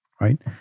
right